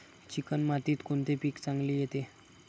Chicken मातीत कोणते पीक चांगले येते?